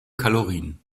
kalorien